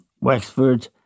Wexford